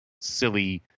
silly